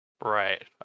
Right